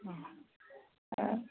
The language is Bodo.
अ